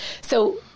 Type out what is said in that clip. So-